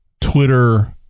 Twitter